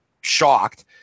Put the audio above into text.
shocked